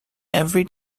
every